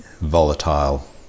volatile